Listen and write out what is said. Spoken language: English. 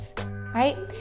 right